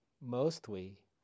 Mostly